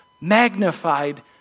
magnified